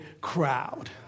crowd